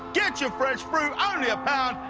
get your fresh fruit, only a pound,